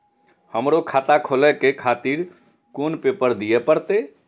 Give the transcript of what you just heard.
हमरो खाता खोले के खातिर कोन पेपर दीये परतें?